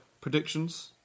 predictions